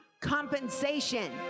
compensation